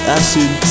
acid